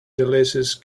delicious